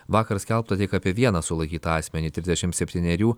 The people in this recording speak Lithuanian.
vakar skelbta tik apie vieną sulaikytą asmenį trisdešimt septynerių